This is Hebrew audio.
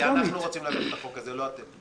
כי אנחנו רוצים להביא את הצעת החוק הזאת, לא אתם.